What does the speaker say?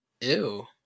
Ew